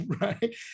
right